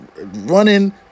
running